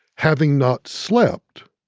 having not slept,